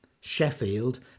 Sheffield